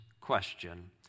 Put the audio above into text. question